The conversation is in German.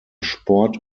sport